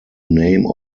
name